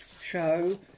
show